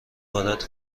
وارد